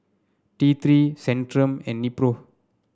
T Three Centrum and Nepro